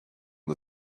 the